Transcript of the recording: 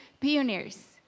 pioneers